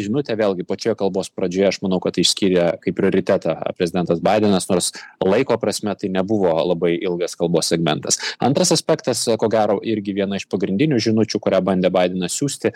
žinutė vėlgi pačioje kalbos pradžioje aš manau kad išskyrė kaip prioritetą prezidentas badenas nors laiko prasme tai nebuvo labai ilgas kalbos segmentas antras aspektas ko gero irgi viena iš pagrindinių žinučių kurią bandė baidenas siųsti